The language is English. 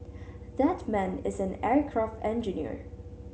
that man is an aircraft engineer